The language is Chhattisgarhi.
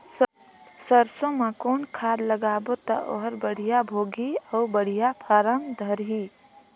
सरसो मा कौन खाद लगाबो ता ओहार बेडिया भोगही अउ बेडिया फारम धारही?